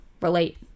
relate